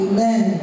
Amen